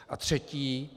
A třetí.